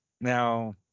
Now